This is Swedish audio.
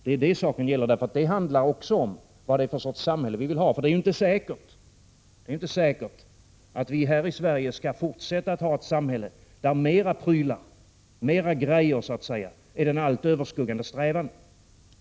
Det är det saken gäller, för det handlar ju också om vad för slags samhälle vi vill ha. Det är ju inte säkert att vi här i Sverige skall fortsätta att ha ett samhälle där fler prylar är den allt överskuggande strävan.